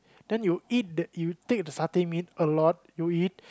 then you eat the you take the satay meat a lot you eat